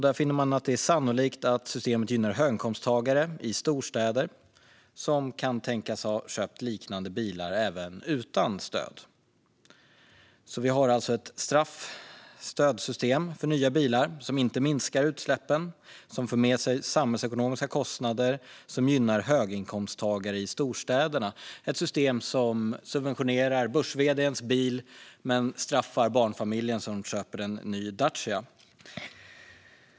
Där finner man att det är sannolikt att systemet gynnar höginkomsttagare i storstäder som hade kunnat tänkas köpa liknande bilar även utan stöd. Vi har alltså ett straff och stödsystem för nya bilar som inte minskar utsläppen, för med sig samhällsekonomiska kostnader och gynnar höginkomsttagare i storstäderna. Det är ett system som subventionerar börs-vd:ns bil men som straffar barnfamiljen som köper en ny Dacia.